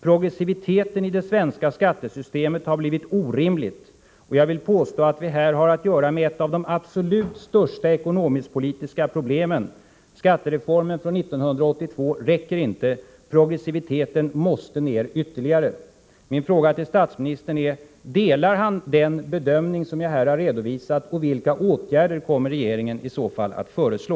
Progressiviteten i det svenska skattesystemet har blivit orimlig. Jag vill påstå att vi här har att göra med ett av de absolut största ekonomiskt-politiska problemen. Skattereformen från 1982 räcker inte. Progressiviteten måste ner ytterligare.” Jag frågar statsministern: Delar han den bedömning som jag här har redovisat, och vilka åtgärder kommer i så fall regeringen att föreslå?